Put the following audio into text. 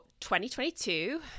2022